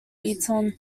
eaton